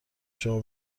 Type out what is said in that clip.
شما